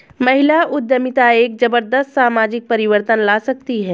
महिला उद्यमिता एक जबरदस्त सामाजिक परिवर्तन ला सकती है